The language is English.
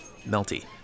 melty